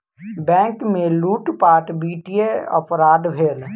bank में लूटपाट वित्तीय अपराध भेल